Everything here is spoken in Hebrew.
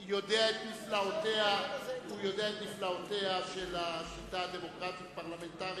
יודע את נפלאותיה של השיטה הדמוקרטית הפרלמנטרית.